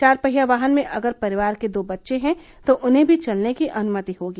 चार पहिया वाहन में अगर परिवार के दो बच्चे हैं तो उन्हें भी चलने की अनुमति होगी